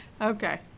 Okay